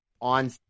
on